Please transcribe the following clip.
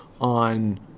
on